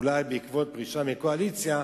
אולי בעקבות פרישה מהקואליציה,